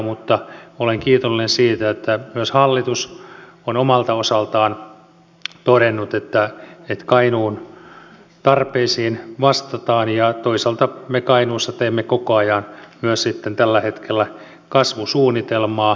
mutta olen kiitollinen siitä että myös hallitus on omalta osaltaan todennut että kainuun tarpeisiin vastataan ja toisaalta me sitten kainuussa teemme koko ajan myös tällä hetkellä kasvusuunnitelmaa